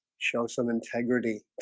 show some integrity